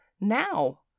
Now